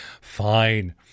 Fine